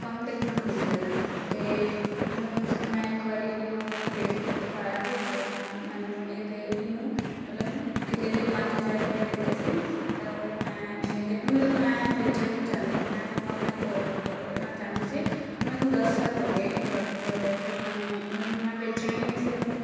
ਕਮ ਦੇਖਣ ਨੂੰ ਮਿਲਦੇ ਹੈ ਅਤੇ ਮਤਲਵ ਮੈਂ ਇੱਕ ਵਾਰੀ ਇਹਨੂੰ ਮਤਲਬ ਫੇਸਬੁੱਕ 'ਤੇ ਪਾਇਆ ਸੀ ਅਤੇ ਸ ਮੈਨੂੰ ਇਹਦੇ ਇਹਨੂੰ ਮਤਲਬ ਇਹਦੇ ਲਈ ਪੰਜ ਹਜ਼ਾਰ ਰੁਪਏ ਦਿੱਤੇ ਸੀ ਤਾਂ ਫਿਰ ਮੈਂ ਨਹੀਂ ਦੇ ਮਤਲਬ ਮੈਂ ਵੇਚਣਾ ਨਹੀਂ ਚਾਹਦੀ ਸੀ ਮੈਂ ਇਹਨੂੰ ਆਪਣੇ ਕੋਲ ਰੱਖਣਾ ਚਾਹੁੰਦੀ ਸੀ ਮੈਨੂੰ ਦਸ ਸਾਲ ਹੋ ਗਏ ਇਹਨੂੰ ਰੱਖਦੇ ਹੋਏ ਫਿਰ ਮੈਨੂੰ ਮਤਲਬ ਮੈਂ ਵੇਚਣਾ ਹੀ ਨਹੀਂ ਸੀ ਉਹਨੂੰ